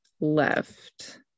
left